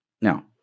Now